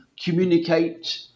communicate